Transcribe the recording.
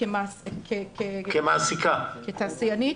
וממני כתעשיינית,